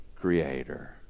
Creator